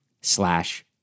slash